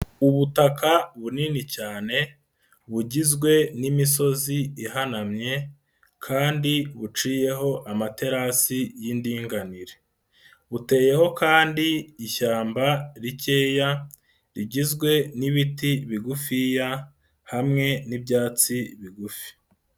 Ubutaka bunini cyane, bugizwe n'imisozi ihanamye kandi buciyeho amaterasi y'indinganire. Buteyeho kandi ishyamba rikeya, rigizwe n'ibiti bigufiya, hamwe n'ibyatsi bigufi.